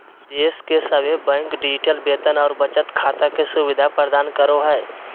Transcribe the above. देश के सभे बैंक डिजिटल वेतन और बचत खाता के सुविधा प्रदान करो हय